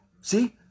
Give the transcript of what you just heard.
See